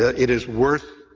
ah it is worth